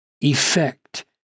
effect